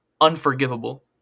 unforgivable